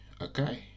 Okay